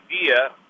idea